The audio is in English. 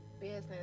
business